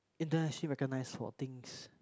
internationally recognized for things